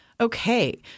Okay